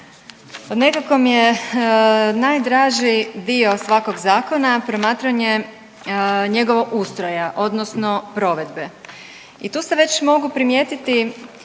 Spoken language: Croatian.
mi je najdraži dio svakog zakona promatranje njegovog ustroja odnosno provedbe i tu se već mogu primijetiti